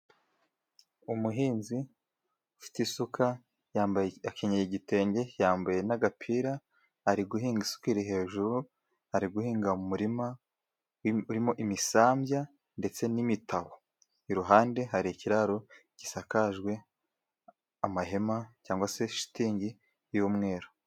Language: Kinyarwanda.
Umuhinzi ufite isuka, akenyeye igitenge yambaye n'agapira ari guhinga isuka iri hejuru, ari guhinga mu muririma harimo imisambya ndetse n'imitabo. Iruhande hari ikiraro gisakajwe amahema cyangwa se shitingi y'umweru.